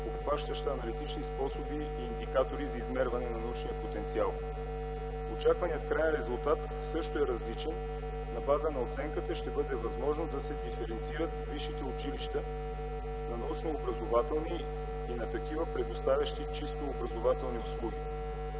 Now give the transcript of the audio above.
обхващаща аналитични способи и индикатори за измерване на научния потенциал. Очакваният краен резултат също е различен. На база на оценката ще бъде възможно да се диференцират висшите училища на научно-образователни и на такива, предоставящи чисто образователни услуги.